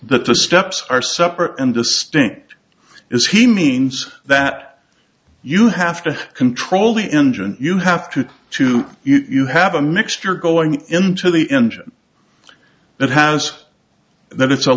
that the steps are separate and distinct is he means that you have to control the engine you have to do to you have a mixture going into the engine that how's that it's a